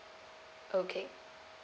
okay